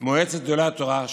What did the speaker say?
מועצת גדולי התורה,